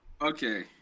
okay